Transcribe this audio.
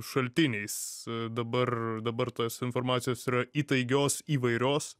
šaltiniais dabar dabar tos informacijos yra įtaigios įvairios